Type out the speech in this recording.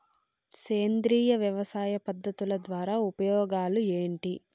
సేంద్రియ వ్యవసాయ పద్ధతుల ద్వారా ఉపయోగాలు ఏంటి?